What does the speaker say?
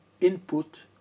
input